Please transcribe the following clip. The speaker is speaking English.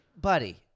Buddy